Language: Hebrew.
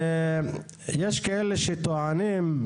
ויש כאלה שטוענים,